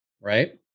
right